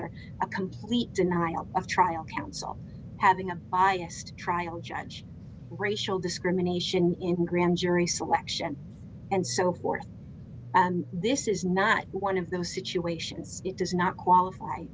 or a complete denial of trial counsel having a biased trial judge racial discrimination in grand jury selection and so forth this is not one of those situations it does not qualif